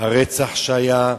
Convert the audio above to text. הרצח שהיה,